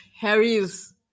Harry's